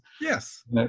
yes